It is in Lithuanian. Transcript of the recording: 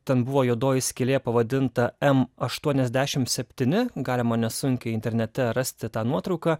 ten buvo juodoji skylė pavadinta em aštuoniasdešimt septyni galima nesunkiai internete rasti tą nuotrauką